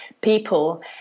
people